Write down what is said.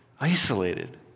isolated